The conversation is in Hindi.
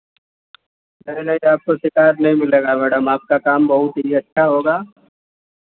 अरे नहीं नहीं आपको शिकायत नहीं मिलेगा मैडम आपका काम बहुत ही अच्छा होगा